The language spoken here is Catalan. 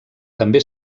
també